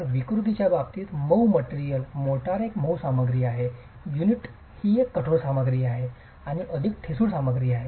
तर विकृतीच्या बाबतीत मऊ मटेरियल मोर्टार एक मऊ सामग्री आहे युनिट ही कठोर सामग्री आणि अधिक ठिसूळ सामग्री आहे